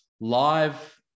live